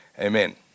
Amen